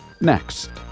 next